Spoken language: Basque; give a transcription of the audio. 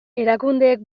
erakundeek